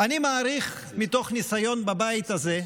אני מעריך, מתוך ניסיון בבית הזה,